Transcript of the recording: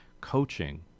coaching